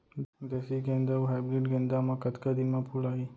देसी गेंदा अऊ हाइब्रिड गेंदा म कतका दिन म फूल आही?